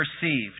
perceived